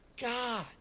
God